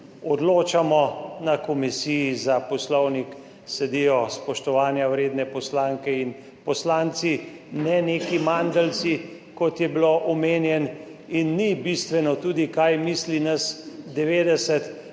odločamo. Na Komisiji za poslovnik sedijo spoštovanja vredne poslanke in poslanci, ne neki mandeljci, kot je bilo omenjeno. In ni bistveno tudi, kaj misli nas 90,